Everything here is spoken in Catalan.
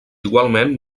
igualment